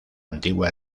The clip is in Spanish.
antigua